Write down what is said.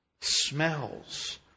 smells